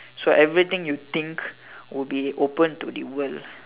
so everything you think will be open to the world